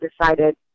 decided